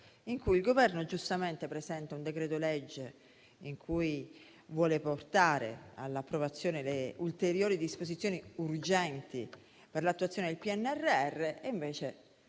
in cui il Governo giustamente presenta un decreto-legge con cui vuole portare all'approvazione le ulteriori disposizioni urgenti per l'attuazione del PNRR e invece